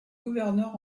gouverneur